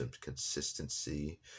Consistency